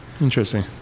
interesting